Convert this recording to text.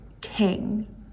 king